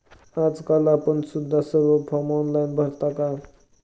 आजकाल आपण सुद्धा सर्व फॉर्म ऑनलाइन भरता का?